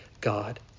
God